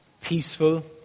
peaceful